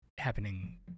Happening